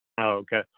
Okay